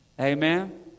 Amen